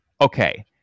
Okay